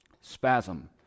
Spasm